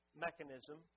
mechanism